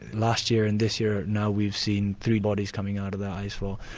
last year and this year now we've seen three bodies coming out of the ice wall,